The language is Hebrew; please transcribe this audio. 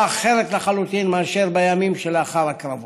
אחרת לחלוטין מאשר בימים שלאחר הקרבות.